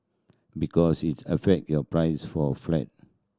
because it affect your price for a flat